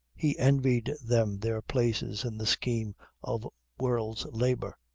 he envied them their places in the scheme of world's labour.